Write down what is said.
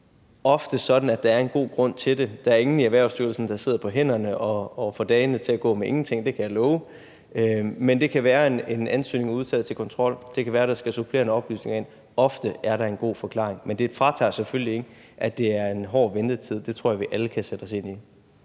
ofte sådan, at der er en god grund til det. Der er ingen i Erhvervsstyrelsen, der sidder på hænderne og får dagene til at gå med ingenting, det kan jeg love. Men det kan være, at en ansøgning er udtaget til kontrol, det kan være, der skal supplerende oplysninger ind. Ofte er der en god forklaring. Men det betyder selvfølgelig ikke, at det ikke er en hård ventetid. Det tror jeg vi alle kan sætte os ind i.